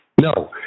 No